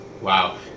Wow